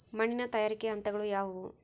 ಮಣ್ಣಿನ ತಯಾರಿಕೆಯ ಹಂತಗಳು ಯಾವುವು?